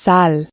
Sal